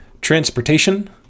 transportation